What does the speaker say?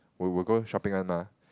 we will go shopping one mah